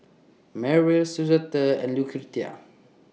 Merrill Suzette and Lucretia